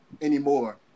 anymore